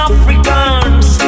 Africans